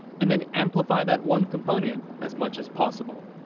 and then amplify that one component as much as possible.